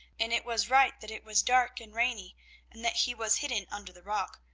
and it was right that it was dark and rainy and that he was hidden under the rock,